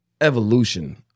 evolution